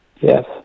Yes